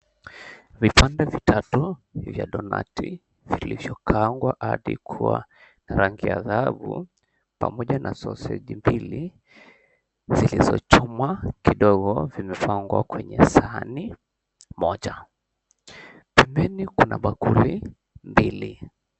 Vipande vitatu vya donati vilivyokaangwa hadi kuwa rangi ya dhahabu, pamoja na soseji mbili zilizochomwa kidogo, vimepangwa kwenye sahani moja. Pembeni kuna bakuli mbili.